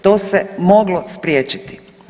To se moglo spriječiti.